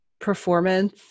performance